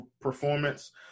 performance